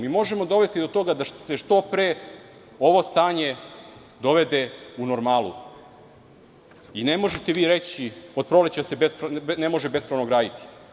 Možemo dovesti do toga da se što pre ovo stanje dovede u normalu i ne možete reći – od proleća se ne može bespravno graditi.